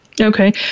Okay